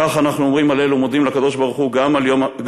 כך אנחנו אומרים "הלל" ומודים לקדוש-ברוך-הוא גם על